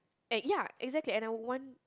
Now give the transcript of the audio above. and ya exactly and I would want